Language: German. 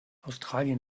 australien